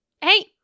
Hey